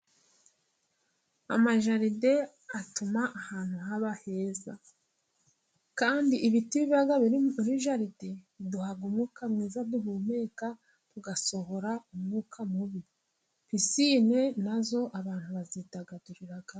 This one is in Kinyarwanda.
Amajaride atuma ahantu haba heza. Kandi ibiti biba biri muri jaride, biduha umwuka mwiza duhumeka, tugasohora umwuka mubi. Pisine na zo abantu bazidagaduriramo.